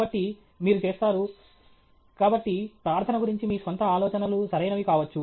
కాబట్టి మీరు చేస్తారు కాబట్టి ప్రార్థన గురించి మీ స్వంత ఆలోచనలు సరైనవి కావచ్చు